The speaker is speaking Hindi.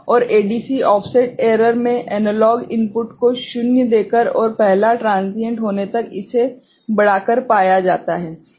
और ADC ऑफसेट एरर में एनालॉग इनपुट को शून्य देकर और पहला ट्रांसिएंट होने तक इसे बढ़ाकर पाया जाता है